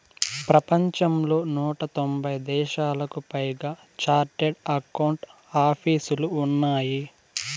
ప్రపంచంలో నూట తొంభై దేశాలకు పైగా చార్టెడ్ అకౌంట్ ఆపీసులు ఉన్నాయి